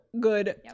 good